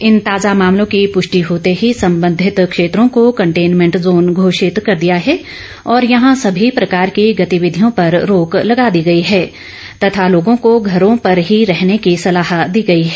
इन ताजा मामलों की पृष्टि होते ही संबंधित क्षेत्रों को कंटेंनमेंट जोन घोषित कर दिया है और यहां सभी प्रकार की गतिविधियों पर रोक लगा दी गई है तथा लोगों को घरों पर ही रहने की सलाह दी गई है